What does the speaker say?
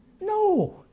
No